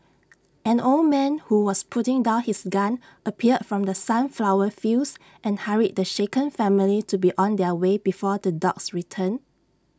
an old man who was putting down his gun appeared from the sunflower fields and hurried the shaken family to be on their way before the dogs return